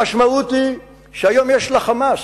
המשמעות היא שהיום יש ל"חמאס"